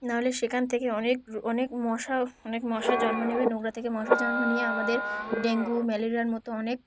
নাহলে সেখান থেকে অনেক অনেক মশা অনেক মশা জন্ম নেবে নোংরা থেকে মশা জন্ম নিয়ে আমাদের ডেঙ্গু ম্যালেরিয়ার মতো অনেক